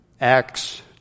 Acts